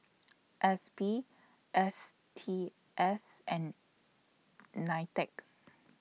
S P S T S and NITEC